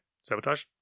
Sabotage